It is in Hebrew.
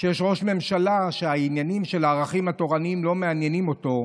כשיש ראש ממשלה שהעניינים של הערכים התורניים לא מעניינים אותו.